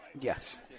Yes